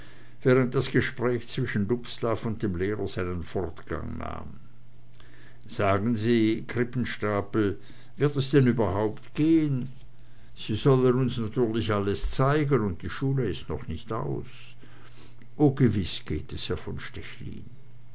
während das gespräch zwischen dubslav und dem lehrer seinen fortgang nahm sagen sie krippenstapel wird es denn überhaupt gehen sie sollen uns natürlich alles zeigen und die schule ist noch nicht aus oh gewiß geht es herr von